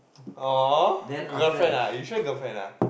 !aww! you girlfriend ah you sure girlfriend ah